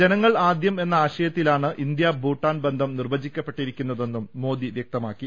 ജനങ്ങൾ ആദ്യം എന്ന ആശയത്തിലാണ് ഇന്ത്യ ഭൂട്ടാൻ ബന്ധം നിർവചിക്കപ്പെട്ടിരി ക്കുന്നതെന്നും മോദി വൃക്തമാക്കി